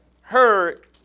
heard